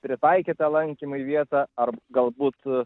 pritaikytą lankymui į vietą ar galbūt